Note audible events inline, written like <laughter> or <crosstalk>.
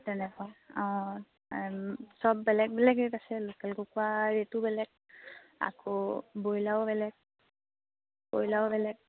তেনেকুৱা অঁ সব বেলেগ বেলেগে <unintelligible> আছে লোকেল কুকুৰা ৰেটো বেলেগ আকৌ বইলাৰো বেলেগ কয়লাৰো বেলেগ